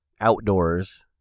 outdoors